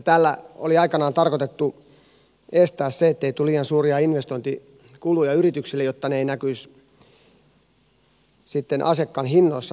tällä oli aikanaan tarkoitettu estää se ettei tule liian suuria investointikuluja yrityksille jotta ne eivät näkyisi sitten asiakkaan hinnoissa merkittävästi